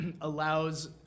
allows